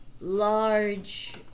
large